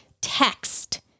text